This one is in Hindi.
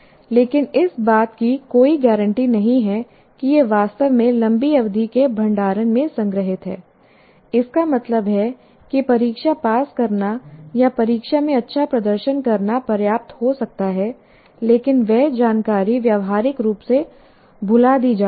लेकिन इस बात की कोई गारंटी नहीं है कि यह वास्तव में लंबी अवधि के भंडारण में संग्रहीत है इसका मतलब है कि परीक्षा पास करना या परीक्षा में अच्छा प्रदर्शन करना पर्याप्त हो सकता है लेकिन वह जानकारी व्यावहारिक रूप से भुला दी जाती है